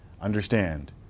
understand